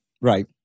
right